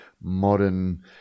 modern